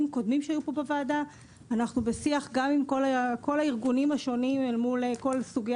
קודמים שהיו פה בוועדה גם עם הארגונים השונים מול כל סוגי